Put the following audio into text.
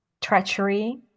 treachery